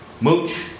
Mooch